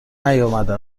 نیامده